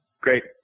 Great